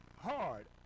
Hard